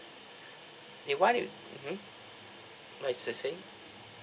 they why do mmhmm mine it's the same